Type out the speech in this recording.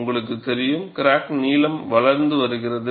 உங்களுக்கு தெரியும் கிராக் நீளமாக வளர்ந்து வருகிறது